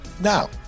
Now